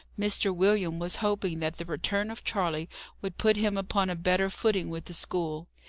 mr. william was hoping that the return of charley would put him upon a better footing with the school.